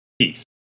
Peace